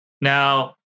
now